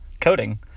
Coding